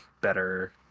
better